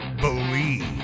believe